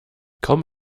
kaum